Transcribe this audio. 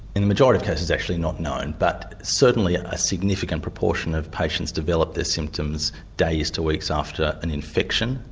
in the majority of cases it's actually not known but certainly a significant proportion of patients develop their symptoms days to weeks after an infection,